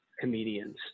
comedians